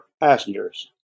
passengers